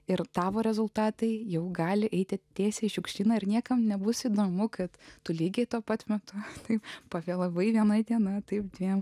ir tavo rezultatai jau gali eiti tiesiai į šiukšlyną ir niekam nebus įdomu kad tu lygiai tuo pat metu taip pavėlavai vienai diena taip dviem